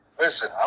Listen